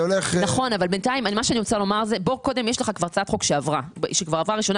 נכון אבל יש הצעת חוק שעברה ראשונה.